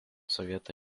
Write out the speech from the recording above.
sovietų